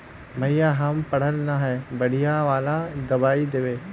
भैया हम पढ़ल न है बढ़िया वाला दबाइ देबे?